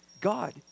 God